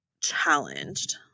challenged